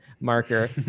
marker